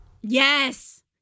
Yes